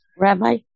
Rabbi